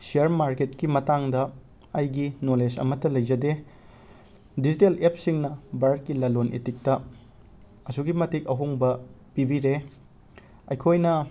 share ꯃꯥꯔꯀꯦꯠꯀꯤ ꯃꯇꯥꯡꯗ ꯑꯩꯒꯤ ꯅꯣꯂꯦꯁ ꯑꯃꯠꯇ ꯂꯩꯖꯗꯦ ꯗꯤꯖꯤꯇꯦꯜ ꯑꯦꯞꯁꯤꯡꯅ ꯕꯥꯔꯠꯀꯤ ꯂꯂꯣꯟ ꯏꯇꯤꯛꯇ ꯑꯁꯨꯛꯀꯤ ꯃꯇꯤꯛ ꯑꯍꯣꯡꯕ ꯄꯤꯕꯤꯔꯦ ꯑꯩꯈꯣꯏꯅ